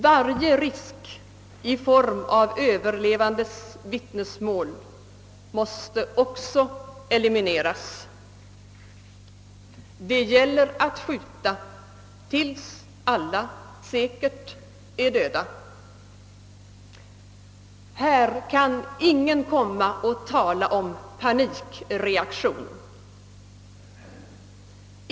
Varje risk i form av överlevandes vittnesmål måste också elimineras. Det gäller att skjuta tills alla säkert är döda. Här kan ingen komma och tala om panikreaktion.